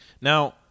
Now